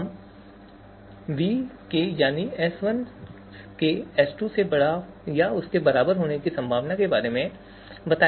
यह हमें V के यानी S1 के S2 से बड़ा या उसके बराबर होने की संभावना के बारे में बताएगा